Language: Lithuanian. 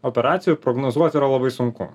operacijų prognozuot yra labai sunku